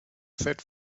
set